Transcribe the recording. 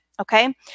okay